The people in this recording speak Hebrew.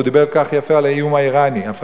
והוא דיבר כל כך יפה על האיום, הלוי.